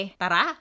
tara